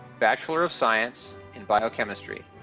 bachelor of science in biochemistry.